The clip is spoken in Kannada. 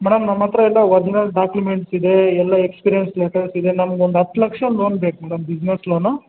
ಮೇಡಮ್ ನಮ್ಮ ಹತ್ತಿರ ಎಲ್ಲ ಒರಿಜಿನಲ್ ಡಾಕ್ಯುಮೆಂಟ್ಸ್ ಇದೆ ಎಲ್ಲ ಎಕ್ಸ್ಪೀರಿಯನ್ಸ್ ಲೆಟರ್ಸ್ ಇದೆ ನಮಗೆ ಒಂದು ಹತ್ತು ಲಕ್ಷ ಲೋನ್ ಬೇಕು ಮೇಡಮ್ ಬಿಸಿನೆಸ್ ಲೋನು